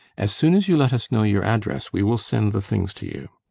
as soon as you let us know your address, we will send the things to you.